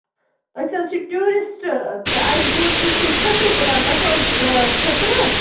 أسۍ حظ چھِ ٹیٛوٗرِسٹہٕ تہٕ اَسہِ بوٗز تُہۍ چھِو چھٔترِ کٕنان تۄہہِ چھَوٕ حظ آ چھٔترٕ